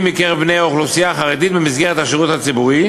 מקרב בני האוכלוסייה החרדית במסגרת השירות הציבורי,